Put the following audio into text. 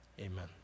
amen